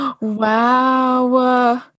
Wow